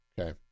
okay